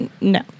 No